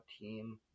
team